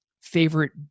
favorite